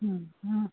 ಹ್ಞೂ ಹ್ಞೂ